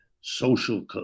social